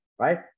Right